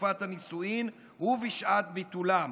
בתקופת הנישואין ובשעת ביטולם".